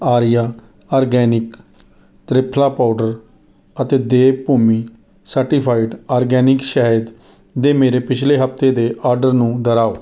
Arya organic triphala powder ਅਤੇ Devbhoomi certified organic ਸ਼ਹਿਦ ਦੇ ਮੇਰੇ ਪਿਛਲੇ ਹਫਤੇ ਦੇ ਆਰਡਰ ਨੂੰ ਦੁਹਰਾਓ